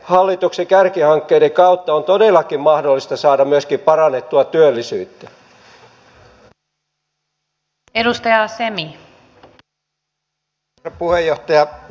hallituksen kärkihankkeiden kautta on todellakin mahdollista saada myöskin parannettua työllisyyttä